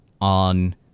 on